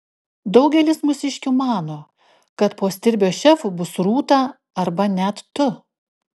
daugelis mūsiškių mano kad po stirbio šefu bus rūta arba net tu